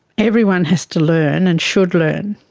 everyone has to learn and should learn